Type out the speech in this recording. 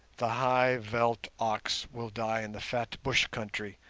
the high-veldt ox will die in the fat bush country,